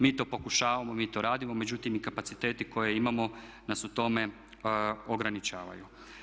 Mi to pokušavamo, mi to radimo, međutim i kapaciteti koje imamo nas u tome ograničavaju.